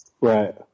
Right